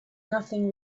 nothing